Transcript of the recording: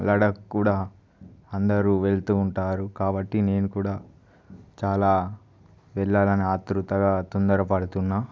లడక్ కూడా అందరూ వెళుతూ ఉంటారు కాబట్టి నేను కూడా చాలా వెళ్ళాలని ఆత్రుతగా తొందరపడుతున్నా